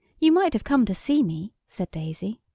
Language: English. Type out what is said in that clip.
you might have come to see me! said daisy.